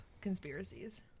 conspiracies